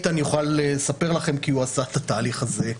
איתן יוכל לספר לכם כי הוא עשה את התהליך הזה.